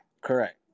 Correct